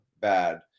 bad